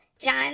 John